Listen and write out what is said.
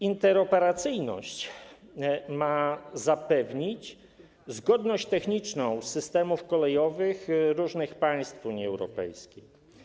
Interoperacyjność ma zapewnić zgodność techniczną systemów kolejowych różnych państw Unii Europejskiej.